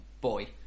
boy